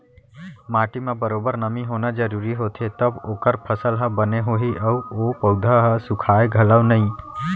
माटी म बरोबर नमी होना जरूरी होथे तव ओकर फसल ह बने होही अउ ओ पउधा ह सुखाय घलौ नई